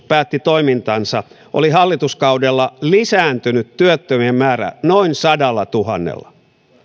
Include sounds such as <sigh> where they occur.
<unintelligible> päätti toimintansa oli hallituskaudella lisääntynyt työttömien määrä noin sadallatuhannella